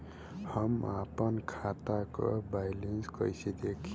हम आपन खाता क बैलेंस कईसे देखी?